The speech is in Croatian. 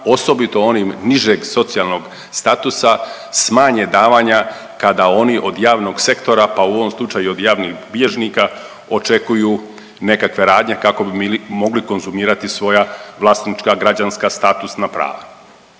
osobito onim nižeg socijalnog statusa smanje davanja kada oni od javnog sektora, pa u ovom slučaju i od javnih bilježnika, očekuju nekakve radnje kako bi mogli konzumirati svoja vlasnička, građanska i statusna prava.